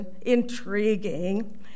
intriguing